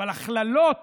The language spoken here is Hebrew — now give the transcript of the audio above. אבל הכללות